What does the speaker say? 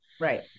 Right